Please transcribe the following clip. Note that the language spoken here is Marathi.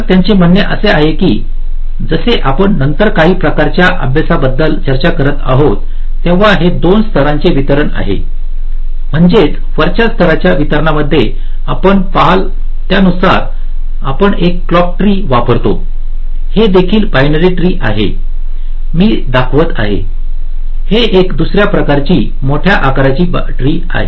तर त्यांचे म्हणणे असे आहे की जसे आपण नंतर काही प्रकरणांच्या अभ्यासाबद्दल चर्चा करीत आहोत तेव्हा हे 2 स्तरांचे वितरण आहेम्हणजे वरच्या स्तराच्या वितरणामध्ये आपण पहाल त्यानुसार आपण एक क्लॉक ट्री वापरतोहे देखील बायनरी ट्री आहे मी दाखवित आहे हे एक दुसऱ्या या प्रकारची मोठ्या आकाराची ट्री आहे